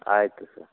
ಆಯಿತು ಸರ್